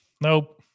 Nope